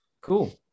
cool